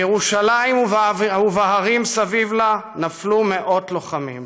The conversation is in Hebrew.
בירושלים ובהרים סביב לה נפלו מאות לוחמים.